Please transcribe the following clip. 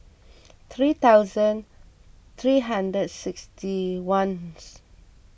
three thousand three hundred sixty ones